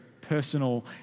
personal